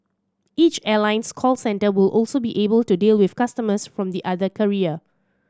each airline's call centre will also be able to deal with customers from the other carrier